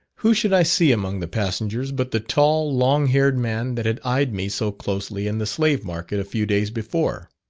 who should i see among the passengers, but the tall, long-haired man that had eyed me so closely in the slave-market a few days before.